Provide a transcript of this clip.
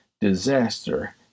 disaster